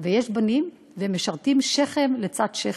ויש בנים, והם משרתים שכם לצד שכם.